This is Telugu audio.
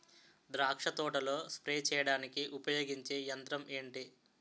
ద్రాక్ష తోటలో స్ప్రే చేయడానికి ఉపయోగించే యంత్రం ఎంటి?